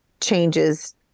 changes